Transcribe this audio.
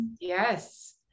yes